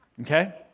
okay